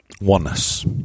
oneness